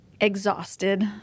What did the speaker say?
exhausted